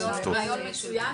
רעיון מצוין,